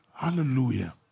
Hallelujah